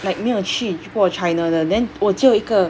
like 没有去去过 china 的 then 我只有一个